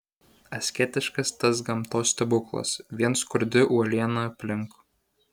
asketiškas tas gamtos stebuklas vien skurdi uoliena aplink